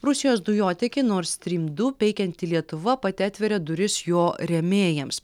rusijos dujotiekį nord strym du peikianti lietuva pati atveria duris jo rėmėjams